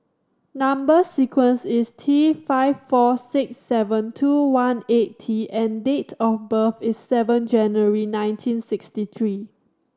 number sequence is T five four six seven two one eight T and date of birth is seven January nineteen sixty three